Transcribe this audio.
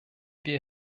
wir